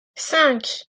cinq